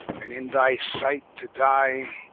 and in thy sight to dye,